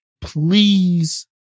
please